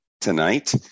tonight